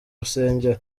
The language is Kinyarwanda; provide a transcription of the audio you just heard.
rusengero